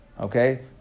Okay